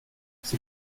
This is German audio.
sie